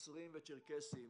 נוצרים וצ'רקסים.